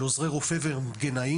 של עוזרי רופא ורנטגנאים,